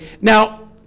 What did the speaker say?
now